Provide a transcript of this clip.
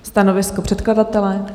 Stanovisko předkladatele?